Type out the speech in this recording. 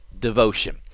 devotion